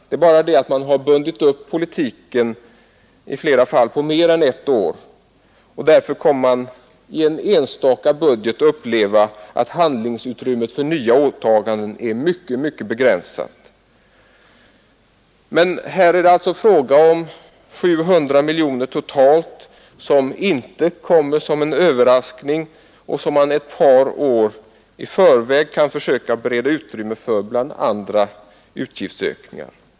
Det är bara det att man har bundit upp politiken i flera fall på mer än ett år, och därför kommer man i en enstaka budget att uppleva att handlingsutrymmet för nya åtaganden är begränsat. Men här är det alltså fråga om 700 miljoner totalt som inte kommer som en överraskning och som man ett par år i förväg kan försöka bereda utrymme för bland andra utgiftsökningar.